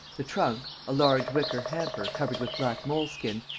the trunk, a large wicker hamper covered with black moleskin,